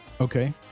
Okay